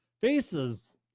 Faces